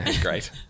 Great